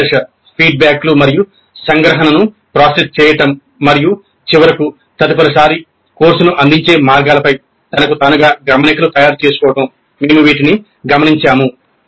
చివరి దశ ఫీడ్బ్యాక్లు మరియు సంగ్రహణను ప్రాసెస్ చేయడం మరియు చివరకు తదుపరిసారి కోర్సును అందించే మార్గాలపై తనకు తానుగా గమనికలు తయారుచేసుకోవడం మేము వీటిని గమనించాము